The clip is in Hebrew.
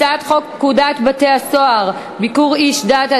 הצעת חוק לתיקון פקודת בתי-הסוהר (ביקור איש דת),